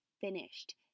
finished